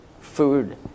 food